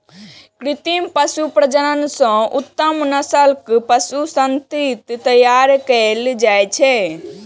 कृत्रिम पशु प्रजनन सं उत्तम नस्लक पशु संतति तैयार कएल जाइ छै